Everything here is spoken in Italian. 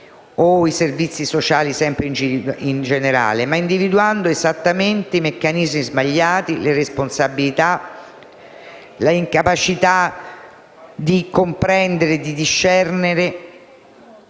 o i servizi sociali in generale, ma individuandone i meccanismi sbagliati e le responsabilità, l'incapacità di comprendere e di discernere